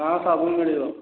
ହଁ ସବୁ ମିଳିବ